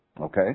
Okay